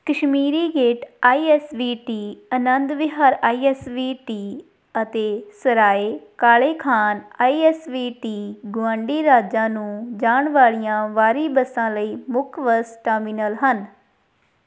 Kashmiri Gate I S B T Anand Vihar I S B T ਅਤੇ Sarai Kale Khan I S B T ਗੁਆਂਢੀ ਰਾਜਾਂ ਨੂੰ ਜਾਣ ਵਾਲੀਆਂ ਬਾਹਰੀ ਬੱਸਾਂ ਲਈ ਮੁੱਖ ਬੱਸ ਟਰਮੀਨਲ ਹਨ